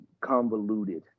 convoluted